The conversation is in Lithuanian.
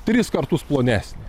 tris kartus plonesnė